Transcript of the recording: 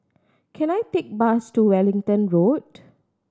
can I take bus to Wellington Road